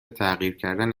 تحقیر